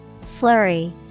flurry